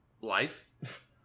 life